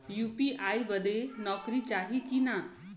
UPI बदे नौकरी चाही की ना?